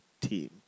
team